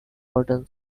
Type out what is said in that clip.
cotton